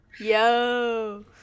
Yo